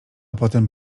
potem